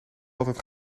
altijd